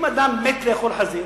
אם אדם מת לאכול חזיר,